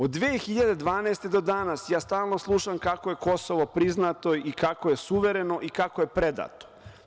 Od 2012. godine do danas ja stalno slušam kako je Kosovo priznato, kako je suvereno i kako je predato.